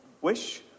wish